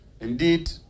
Indeed